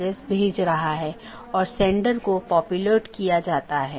प्रत्येक EBGP router अलग autonomous system में हैं